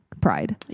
pride